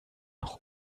noch